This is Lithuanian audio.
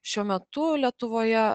šiuo metu lietuvoje